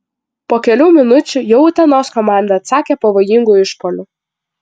po kelių minučių jau utenos komanda atsakė pavojingu išpuoliu